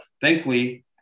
thankfully